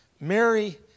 Mary